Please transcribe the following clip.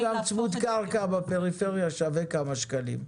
גם צמוד קרקע בפריפריה שווה כמה שקלים.